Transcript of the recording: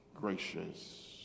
gracious